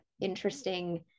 interesting